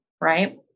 right